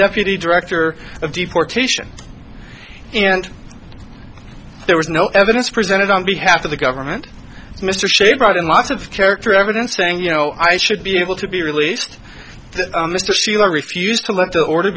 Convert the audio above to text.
deputy director of deportation and there was no evidence presented on behalf of the government mr shane brought in lots of character evidence saying you know i should be able to be released mr seale refused to let the order